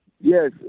Yes